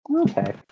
Okay